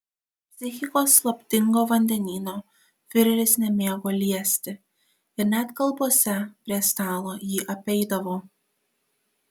psichikos slaptingo vandenyno fiureris nemėgo liesti ir net kalbose prie stalo jį apeidavo